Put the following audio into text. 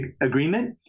agreement